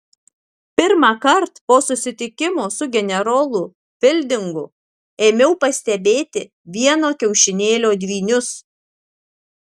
pirmąkart po susitikimo su generolu fildingu ėmiau pastebėti vieno kiaušinėlio dvynius